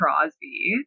crosby